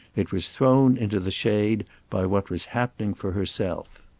it was thrown into the shade by what was happening for herself.